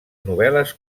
novel·les